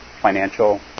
financial